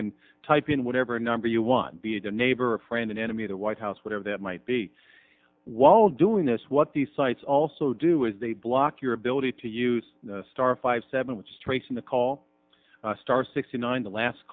can type in whatever number you want be it a neighbor or friend an enemy the white house whatever that might be while doing this what these sites also do is they block your ability to use star five seven which is tracing the call star sixty nine the last